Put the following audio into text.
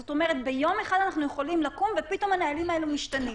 זאת אומרת שביום אחד אנחנו יכולים לקום ופתאום הנהלים האלו משתנים.